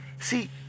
See